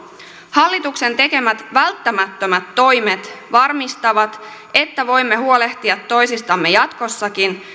hallituksen tekemät välttämättömät toimet varmistavat että voimme huolehtia toisistamme jatkossakin